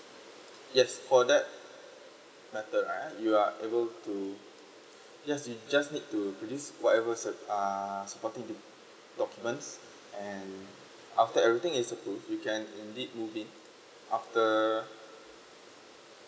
yes for that matter right you are able to just you just need to produce whatever cer~ uh supporting doc~ documents and after everything is approved you can indeed would be after